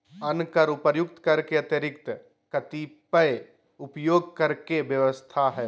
अन्य कर उपर्युक्त कर के अतिरिक्त कतिपय उपभोग कर के व्यवस्था ह